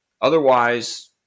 Otherwise